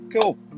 cool